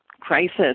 Crisis